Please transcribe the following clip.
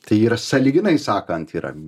tai yra sąlyginai sakant yra